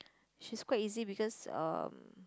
she's quite easy because um